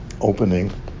opening